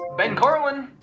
ben carlin.